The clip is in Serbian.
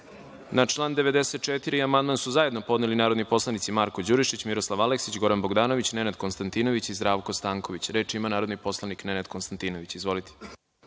član 94. amandman su zajedno podneli narodni poslanici Marko Đurišić, Miroslav Aleksić, Goran Bogdanović, Nenad Konstantinović i Zdravko Stanković. Reč ima narodni poslanik Nenad Konstantinović. Izvolite.